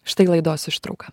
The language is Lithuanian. štai laidos ištrauka